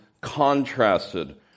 contrasted